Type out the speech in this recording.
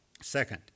Second